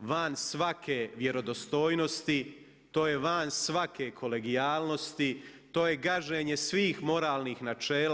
van svake vjerodostojnosti, to je van svake kolegijalnosti, to je gaženje svih moralnih načela.